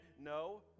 no